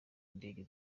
indege